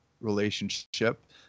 relationship